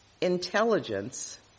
intelligence